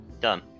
Done